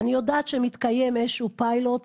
אני יודעת שמתקיים איזשהו פיילוט,